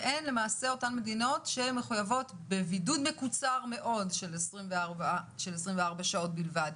והן מחויבות בבידוד מקוצר מאוד של 24 שעות בלבד.